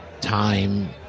time